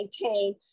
maintain